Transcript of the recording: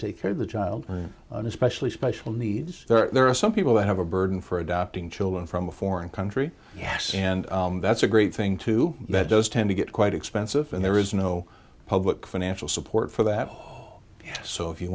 take care of the child especially special needs there are some people have a burden for adopting children from a foreign country yes and that's a great thing too that those tend to get quite expensive and there is no public financial support for that so if you